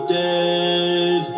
dead